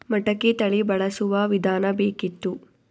ಮಟಕಿ ತಳಿ ಬಳಸುವ ವಿಧಾನ ಬೇಕಿತ್ತು?